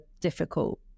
difficult